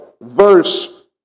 verse